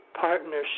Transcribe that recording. partnership